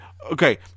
Okay